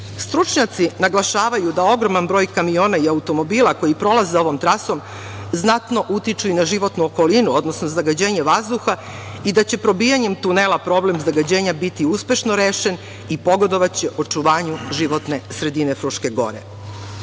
prošlost. Stručnjaci naglašavaju da ogroman broj kamiona i automobila koji prolaze ovom trasom znatno utiču i na životnu okolinu, odnosno zagađenje vazduha, i da će probijanjem tunela problem zagađenja biti uspešno rešen i pogodovaće očuvanju životne sredine Fruške Gore. Ova